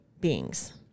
beings